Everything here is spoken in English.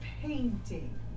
painting